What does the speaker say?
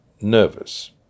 nervous